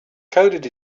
coded